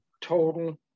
total